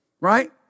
Right